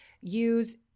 use